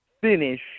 finish